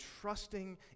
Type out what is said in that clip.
trusting